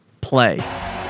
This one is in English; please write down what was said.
play